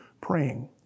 praying